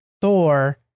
Thor